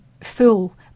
full